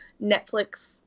Netflix